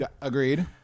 Agreed